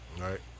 right